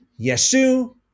Yeshu